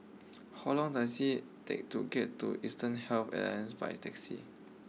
how long does it take to get to Eastern Health Alliance by taxi